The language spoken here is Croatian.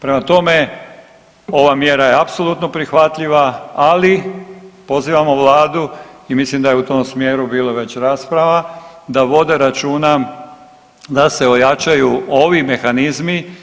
Prema tome, ova mjera je apsolutno prihvatljiva, ali pozivamo vladu i mislim da je u tom smjeru bilo već rasprava da vode računa da se ojačaju ovi mehanizmi